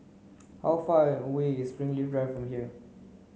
how far away is Springleaf Drive from here